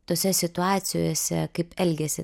tose situacijose kaip elgėsi